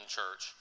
church